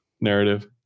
narrative